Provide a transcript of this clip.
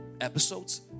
episodes